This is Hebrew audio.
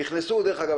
נכנסו --- דרך אגב,